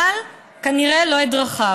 אבל כנראה לא את דרכיו.